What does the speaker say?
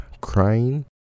crying